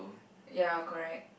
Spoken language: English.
ya correct